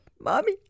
mommy